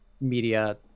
media